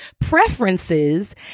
preferences